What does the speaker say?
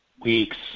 weeks